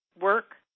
work